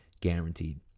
guaranteed